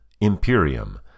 Imperium